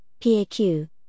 PAQ